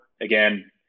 Again